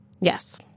Yes